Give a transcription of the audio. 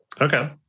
Okay